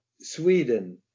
Sweden